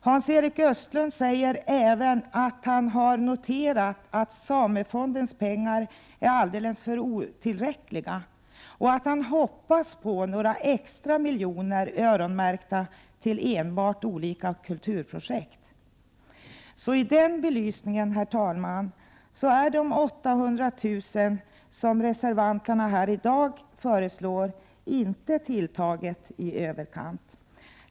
Hans Erik Östlund säger även att han har noterat att samefondens pengar är helt otillräckliga och att han hoppas att några extra miljoner skall öronmärkas till enbart olika kulturprojekt. Herr talman! I den belysningen är de 800 000 kr. som reservanterna föreslår i dag inte ett belopp som är tilltaget i överkant.